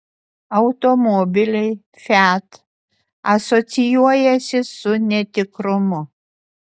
automobiliai fiat asocijuojasi su netikrumu